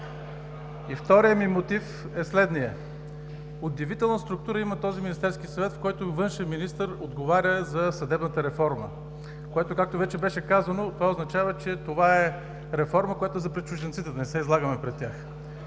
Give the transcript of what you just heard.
И вторият ми мотив е следният: удивителна структура има този Министерски съвет, в който външен министър отговаря за съдебната реформа, което, както вече беше казано, означава, че това е реформа за пред чужденците и да не се излагаме пред тях,